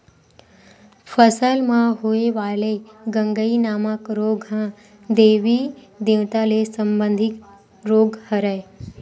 फसल म होय वाले गंगई नामक रोग ह देबी देवता ले संबंधित रोग हरय